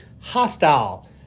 hostile